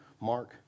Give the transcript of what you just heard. Mark